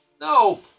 No